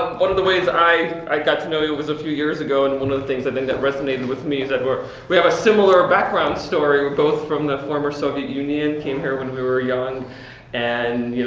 one of the ways i i got to know you was a few years ago, and one of the things i think, that resonated with me is that we have a similar background story. we're both from the former soviet union. came here when we were young and, you